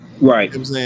Right